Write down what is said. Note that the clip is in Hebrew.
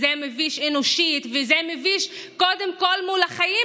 זה מביש אנושית וזה מביש קודם כול מול החיים,